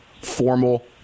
formal